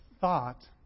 thought